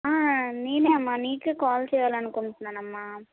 నేనే అమ్మా నీకు కాల్ చేయాలని అనుకుంటున్నామ్మా